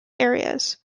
areas